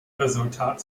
resultat